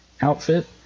outfit